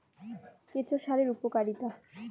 কেঁচো সারের উপকারিতা?